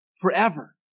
forever